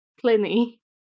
pliny